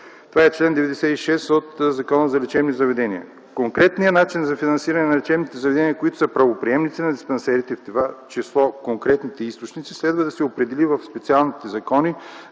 Това е чл. 96 от Закона за лечебните заведения. Конкретният начин за финансиране на лечебните заведения, които са правоприемници на диспансерите, в това число конкретните източници, следва да се определи в специалните закони